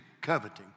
coveting